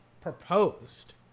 proposed